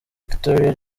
victoria